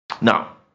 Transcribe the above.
Now